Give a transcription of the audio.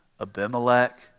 Abimelech